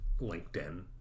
LinkedIn